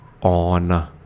on